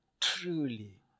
truly